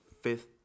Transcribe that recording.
fifth